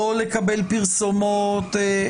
לא לקבל פרסומות על